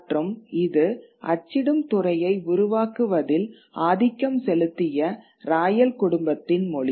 மற்றும் இதுஅச்சிடும் துறையை உருவாக்குவதில் ஆதிக்கம் செலுத்திய ராயல் குடும்பத்தின் மொழி